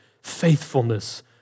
Faithfulness